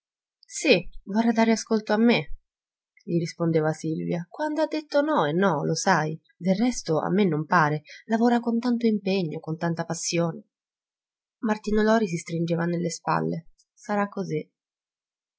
sì vorrà dare ascolto a me gli rispondeva silvia quando ha detto no è no lo sai del resto a me non pare lavora con tanto impegno con tanta passione martino lori si stringeva nelle spalle sarà così